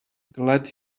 glad